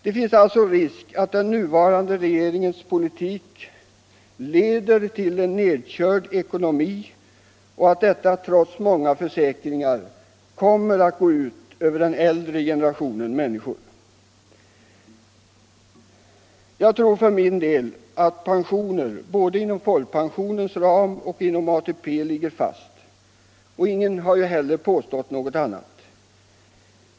Det finns alltså en risk att den nuvarande regeringens politik leder till en nedkörd ekonomi och att denna trots många försäkringar kommer att gå ut över den äldre generationen. Jag tror för min del att pensioner både inom folkpensionens ram och inom ATP ligger fast. Ingen har heller påstått något annat.